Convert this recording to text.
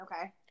Okay